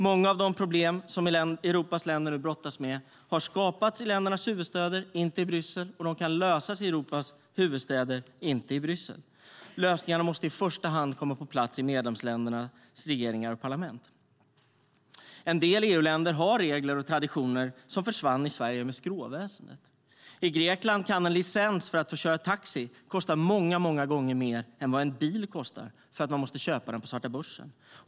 Många av de problem Europas länder nu brottas med har skapats i ländernas huvudstäder, inte i Bryssel, och de kan lösas i Europas huvudstäder, inte i Bryssel. Lösningarna måste i första hand komma på plats i medlemsländernas regeringar och parlament. En del EU-länder har regler och traditioner som försvann i Sverige med skråväsendet. I Grekland kan en licens för att få köra taxi kosta många gånger mer än vad en ny bil kostar för att man måste köpa den på svarta börsen.